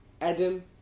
Adam